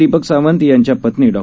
दीपक सावंत यांच्या पत्नी डॉ